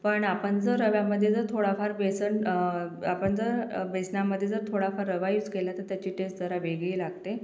पण आपण जर रव्यामध्ये जर थोडाफार बेसन आपण जर बेसनामध्ये जर थोडाफार रवा यूस केला तर त्याची टेस् जरा वेगळी लागते